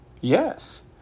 Yes